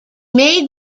made